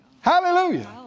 Hallelujah